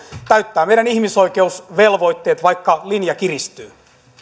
täyttää meidän ihmisoikeusvelvoitteet vaikka linja kiristyy